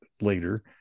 later